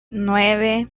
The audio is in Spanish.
nueve